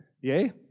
Yay